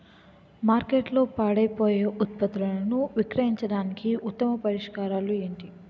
మార్కెట్లో పాడైపోయే ఉత్పత్తులను విక్రయించడానికి ఉత్తమ పరిష్కారాలు ఏంటి?